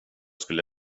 skulle